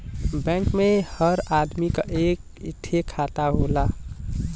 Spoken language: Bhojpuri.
बैंक मे हर आदमी क एक ठे खाता होला